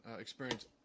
experience